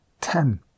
ten